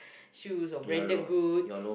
shoes of branded good